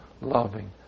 loving